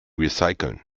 recyceln